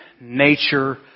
nature